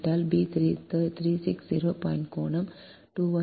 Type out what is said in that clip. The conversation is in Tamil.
8 கோணம் 217